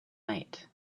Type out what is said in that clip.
night